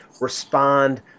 respond